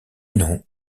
non